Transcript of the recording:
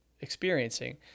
experiencing